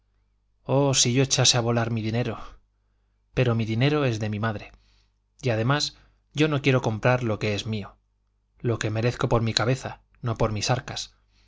oh si yo echase a volar mi dinero pero mi dinero es de mi madre y además yo no quiero comprar lo que es mío lo que merezco por mi cabeza no por mis arcas